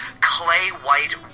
clay-white